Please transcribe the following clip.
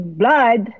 blood